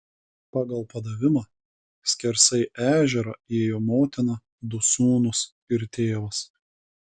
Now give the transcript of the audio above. pagal padavimą skersai ežerą ėjo motina du sūnūs ir tėvas